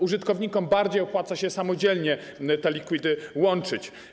Użytkownikom bardziej opłaca się samodzielnie te liquidy łączyć.